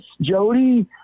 Jody